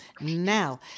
Now